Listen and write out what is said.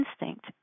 instinct